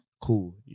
cool